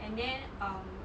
and then um